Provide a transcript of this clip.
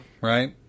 right